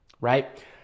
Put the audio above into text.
Right